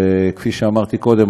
וכפי שאמרתי קודם,